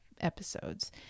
episodes